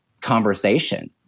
conversation